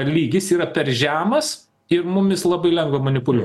lygis yra per žemas ir mumis labai lengva manipuliuo